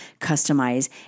customize